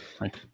Right